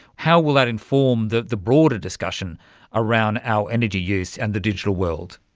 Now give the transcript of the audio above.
how will that inform the the broader discussion around our energy use and the digital world?